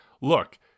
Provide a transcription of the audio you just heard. look